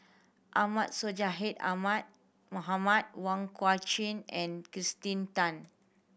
Ahmad Sonhadji Ahmad Mohamad Wong Kah Chun and Kirsten Tan